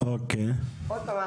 עוד פעם,